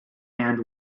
and